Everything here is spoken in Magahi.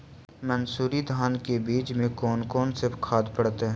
मंसूरी धान के बीज में कौन कौन से खाद पड़तै?